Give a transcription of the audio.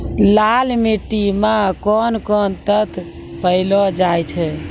लाल मिट्टी मे कोंन कोंन तत्व पैलो जाय छै?